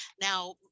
Now